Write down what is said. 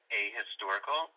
ahistorical